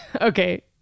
Okay